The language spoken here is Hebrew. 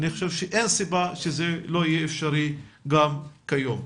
אני לא חושב שיש סיבה שזה לא יהיה אפשרי גם כיום.